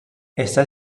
está